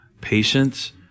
patience